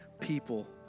people